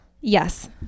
Yes